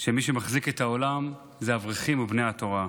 שמי שמחזיק את העולם זה אברכים ובני התורה.